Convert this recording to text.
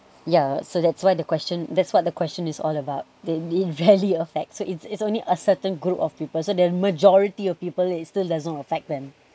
yeah so that's why the question that's what the question is all about a a valley effects so it's it's only a certain group of people so the majority of people it still doesn't affect them